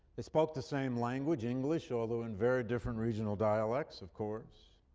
they spoke the same language, english, although in very different regional dialects, of course.